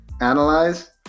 Analyze